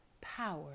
power